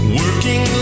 working